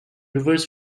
rivers